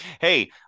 Hey